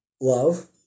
love